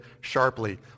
sharply